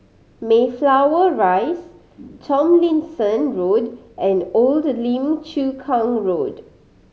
Mayflower Rise Tomlinson Road and Old Lim Chu Kang Road